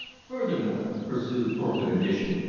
furthermore, pursued thorpe in addition,